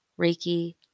Reiki